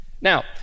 Now